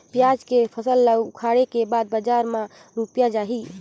पियाज के फसल ला उखाड़े के बाद बजार मा रुपिया जाही?